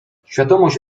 świadomość